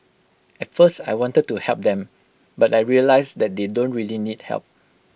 at first I wanted to help them but I realised that they don't really need help